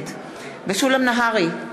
נגד משולם נהרי,